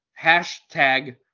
hashtag